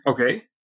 Okay